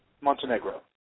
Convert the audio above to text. Montenegro